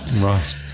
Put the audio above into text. Right